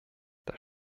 das